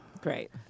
Great